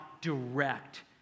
direct